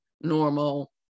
normal